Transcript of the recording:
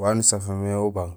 waan usafémé ubang.